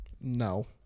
No